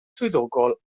swyddogol